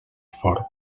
fort